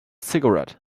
cigarette